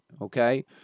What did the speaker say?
okay